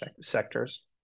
sectors